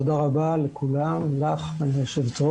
תודה רבה לכולם, לך היו"ר,